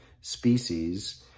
species